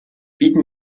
bieten